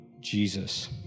Jesus